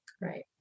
Right